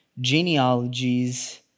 genealogies